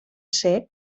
ser